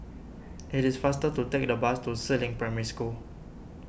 it is faster to take the bus to Si Ling Primary School